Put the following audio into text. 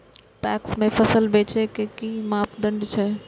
PACS में फसल बेचे के कि मापदंड छै?